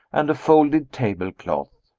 and a folded table-cloth.